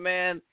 Man